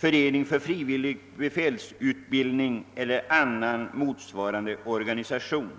förening för frivillig befälsutbildning eller i motsvarande organisation.